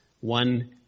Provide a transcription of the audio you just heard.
one